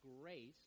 grace